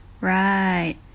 Right